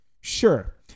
sure